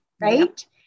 right